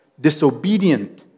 disobedient